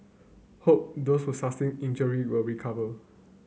hope those who sustained injury will recover